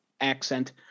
accent